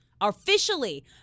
officially